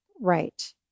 right